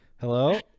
Hello